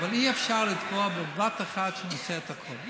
אבל אי-אפשר לתבוע בבת אחת שנעשה את הכול,